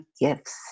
gifts